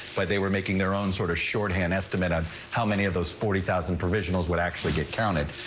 but they were making their own sort of shorthand estimate of how many of those forty thousand provisionals would actually get counted.